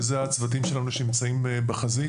ואלה הצוותים שלנו שנמצאים בחזית